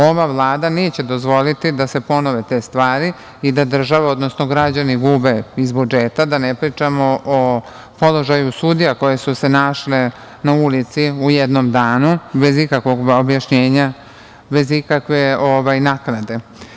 Ova Vlada neće dozvoliti da se ponove te stvari i da država, odnosno građani gube iz budžeta, da ne pričamo o položaju sudija koje su se našle na ulici u jednom danu, bez ikakvog objašnjenja, bez ikakve naknade.